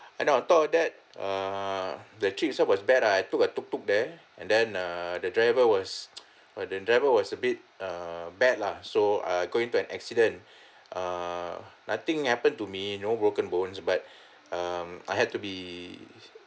and then on top of that err the trip itself was bad ah I took tuk tuk there and then err the driver was uh the driver was a bit err bad lah so I got into an accident err nothing happen to me no broken bones but um I had to be